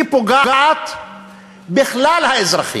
היא פוגעת בכלל האזרחים,